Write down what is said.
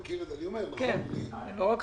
נכון.